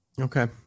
Okay